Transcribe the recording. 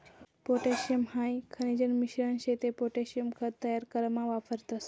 potassium हाई खनिजन मिश्रण शे ते पोटॅशियम खत तयार करामा वापरतस